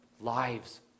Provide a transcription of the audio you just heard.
lives